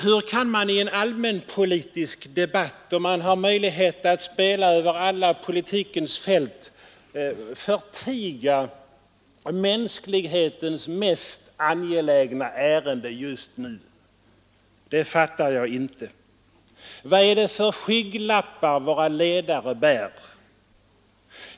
Hur kan man i en allmänpolitisk debatt, då man har möjlighet att spela över alla politikens fält, förtiga mänsklighetens mest angelägna ärende just nu? Det fattar jag inte. Vad är det för skygglappar våra ledare bär?